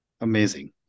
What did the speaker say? Amazing